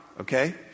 Okay